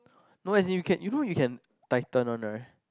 no as in you can you know can tighten one right